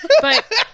But-